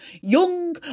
young